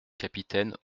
capitaine